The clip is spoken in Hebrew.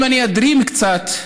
אם אני אדרים קצת,